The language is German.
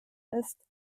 ist